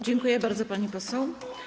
Dziękuję bardzo, pani poseł.